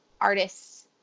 artists